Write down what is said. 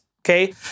Okay